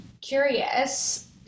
curious